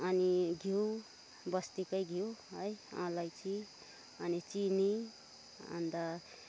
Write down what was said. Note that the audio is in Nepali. अनि घिउ बस्तीकै घिउ है अलैँची अनि चिनी अन्त